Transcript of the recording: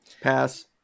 Pass